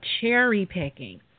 cherry-picking